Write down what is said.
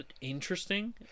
interesting